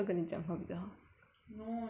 no 你可以 trust 我